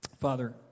Father